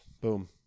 boom